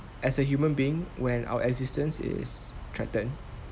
as a human being when our existence is threatened